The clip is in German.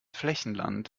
flächenland